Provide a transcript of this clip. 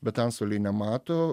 bet antstoliai nemato